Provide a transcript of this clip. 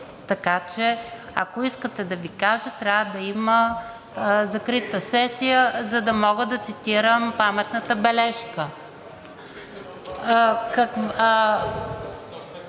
така че ако искате да Ви кажа, трябва да има закрита сесия, за да мога да цитирам паметната бележка.